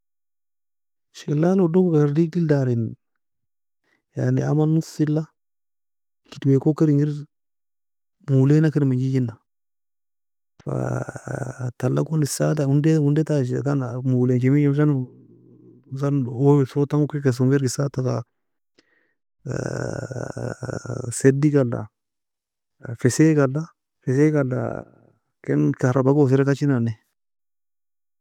شلال odogo agar deigid el dari يعني aman نص ela kid weko kon kir engir moley nakir menjejena fa talo gon esada onday onday ta moley enchi menje hosan hosan aman en صوت ta ukir keson غير ka esada ta سد ga ala fesay ga ala fesay ga ala ken كهرباء ga osedada tachenan ne.